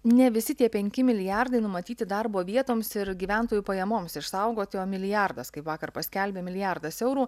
ne visi tie penki milijardai numatyti darbo vietoms ir gyventojų pajamoms išsaugoti o milijardas kaip vakar paskelbė milijardas eurų